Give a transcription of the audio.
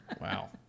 Wow